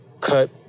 cut